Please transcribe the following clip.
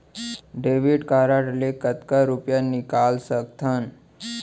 Debit card ले कतका रुपिया निकाल सकथन?